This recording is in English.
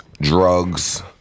drugs